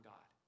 God